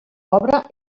obra